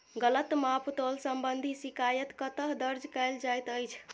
गलत माप तोल संबंधी शिकायत कतह दर्ज कैल जाइत अछि?